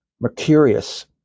Mercurius